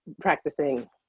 practicing